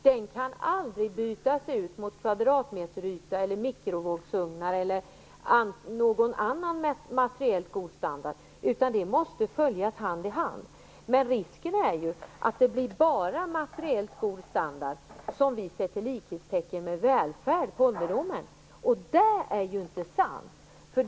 Den kan aldrig bytas mot kvadratmeteryta, mikrovågsugnar eller någon annan materiell höjning av bostandarden, utan dessa måste följs åt hand i hand. Risken är att det bara blir materiellt god standard som vi likställer med välfärd i ålderdomen.